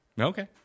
Okay